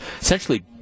essentially